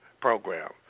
program